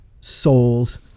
souls